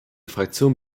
fraktion